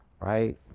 Right